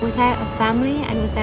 without a family, and